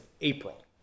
April